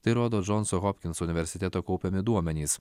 tai rodo džonso hopkinso universiteto kaupiami duomenys